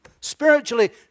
spiritually